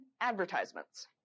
advertisements